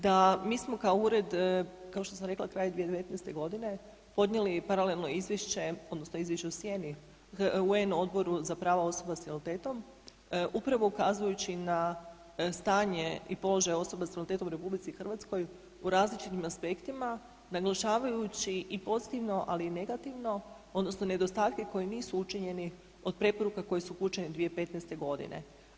Da mi smo kao ured, kao što sam rekla kraj 2019. godine podnijeli paralelno izvješće odnosno izvješće u sjeni UN Odboru za prava osoba s invaliditetom upravo ukazujući na stanje i položaj osoba s invaliditetom u RH u različitim aspektima naglašavajući i pozitivno ali i negativno odnosno nedostatke koji nisu učinjeni od preporuka koje su upućene 2015. godine.